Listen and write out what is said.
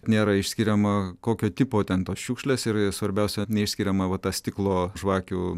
nėra išskiriama kokio tipo ten tos šiukšlės ir svarbiausia neišskiriama va ta stiklo žvakių